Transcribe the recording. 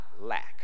lack